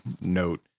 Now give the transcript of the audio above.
note